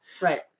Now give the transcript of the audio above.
Right